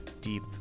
deep